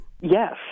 Yes